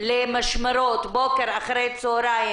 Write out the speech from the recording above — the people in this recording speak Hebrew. למשמרות בוקר ואחר-הצהריים.